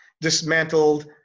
dismantled